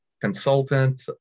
consultant